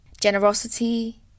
Generosity